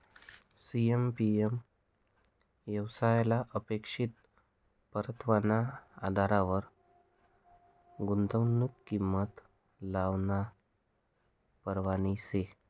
CAPM येवसायले अपेक्षित परतावाना आधारवर गुंतवनुकनी किंमत लावानी परवानगी शे